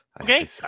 Okay